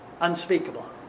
unspeakable